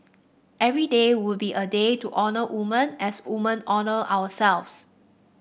every day would be a day to honour woman as woman honour ourselves